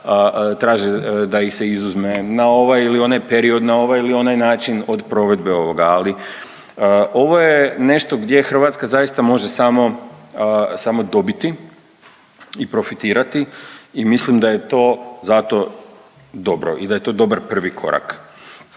traže da ih se izuzme na ovaj ili onaj period, na ovaj ili onaj način od provedbe ovoga, ali ovo je nešto gdje Hrvatska zaista može samo, samo dobiti i profitirati i mislim da je to zato dobro i da je to dobar prvi korak.